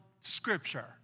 Scripture